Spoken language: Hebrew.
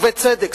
ובצדק,